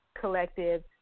Collective